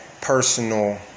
personal